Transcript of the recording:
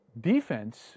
defense